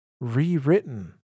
rewritten